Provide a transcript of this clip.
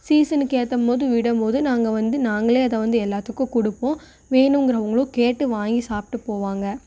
சீசனுக்கு ஏற்றமோது விடமோது நாங்கள் வந்து நாங்களே அதை வந்து எல்லாத்துக்கும் கொடுப்போம் வேணுங்கிறவங்களும் கேட்டு வாங்கி சாப்பிட்டு போவாங்க